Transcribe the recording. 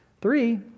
Three